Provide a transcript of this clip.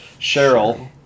Cheryl